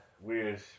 weird